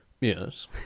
Yes